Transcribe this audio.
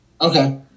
okay